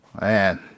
Man